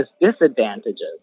disadvantages